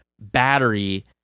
battery